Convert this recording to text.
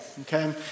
Okay